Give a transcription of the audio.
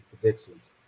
predictions